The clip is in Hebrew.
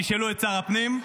תשאלו את שר הפנים,